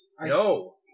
No